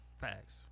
Facts